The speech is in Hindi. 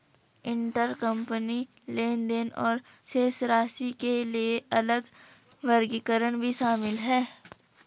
इंटरकंपनी लेनदेन और शेष राशि के लिए अलग वर्गीकरण भी शामिल हैं